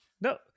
No